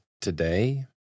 today